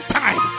time